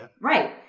Right